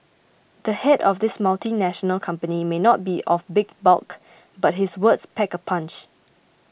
the head of this multinational company may not be of big bulk but his words pack a punch